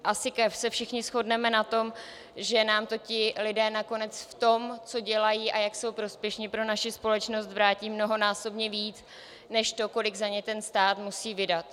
Asi se všichni shodneme na tom, že nám to ti lidé nakonec v tom, co dělají a jak jsou prospěšní pro naši společnost, vrátí mnohonásobně víc než to, kolik za ně stát musí vydat.